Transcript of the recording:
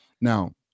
now